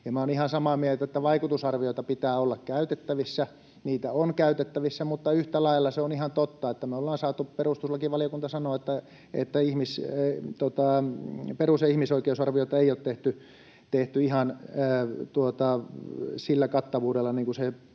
ihan samaa mieltä, että vaikutusarvioita pitää olla käytettävissä. Niitä on käytettävissä, mutta yhtä lailla se on ihan totta, mitä perustuslakivaliokunta sanoi, että perus- ja ihmisoikeusarvioita ei ole tehty ihan sillä kattavuudella kuin kuuluisi